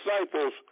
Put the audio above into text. disciples